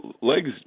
Legs